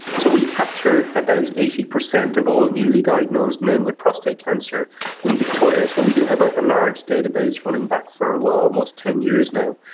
so we capture about eighty percent of all newly diagnosed men with prostate cancer in victoria, so we do have a large database running back for ah almost ten years now.